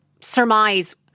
surmise